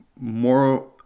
more